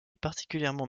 particulièrement